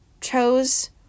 chose